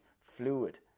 fluid